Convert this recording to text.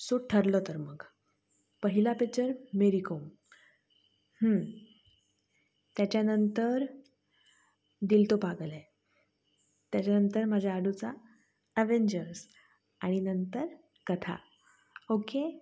so ठरलं तर मग पहिला पिच्चर मेरी कोम त्याच्यानंतर दिल तो पागल है त्याच्यानंतर माझ्या आडूचा अव्हेंजर्स आणि नंतर कथा ओके